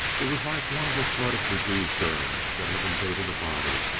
it was like one of a flood of disease germs that have invaded a body,